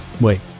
Wait